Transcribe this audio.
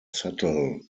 settle